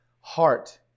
heart